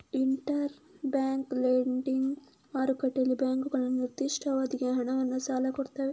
inter bank lending ಮಾರುಕಟ್ಟೆಯಲ್ಲಿ ಬ್ಯಾಂಕುಗಳು ನಿರ್ದಿಷ್ಟ ಅವಧಿಗೆ ಹಣವನ್ನ ಸಾಲ ಕೊಡ್ತವೆ